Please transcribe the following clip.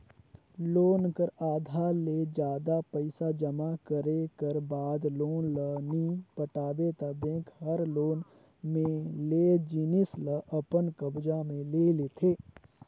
loan कर आधा ले जादा पइसा जमा करे कर बाद लोन ल नी पटाबे ता बेंक हर लोन में लेय जिनिस ल अपन कब्जा म ले लेथे